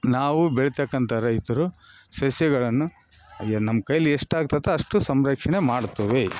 ನಾವು ಬೆಳಿತಕ್ಕಂಥ ರೈತರು ಸಸ್ಯಗಳನ್ನು ಅಯ್ಯೊ ನಮ್ಮ ಕ್ಯೆಯಲ್ಲಿ ಎಷ್ಟು ಆಗ್ತದೊ ಅಷ್ಟು ಸಂರಕ್ಷಣೆ ಮಾಡುತ್ತೇವೆ